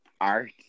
art